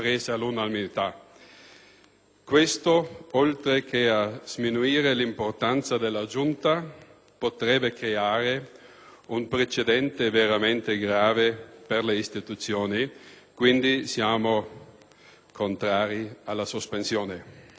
Ciò, oltre che a sminuire l'importanza della Giunta, potrebbe costituire un precedente veramente grave per le istituzioni. Quindi, siamo contrari alla richiesta